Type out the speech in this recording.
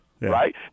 right